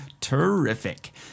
Terrific